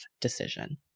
decision